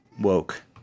woke